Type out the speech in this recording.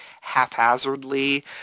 haphazardly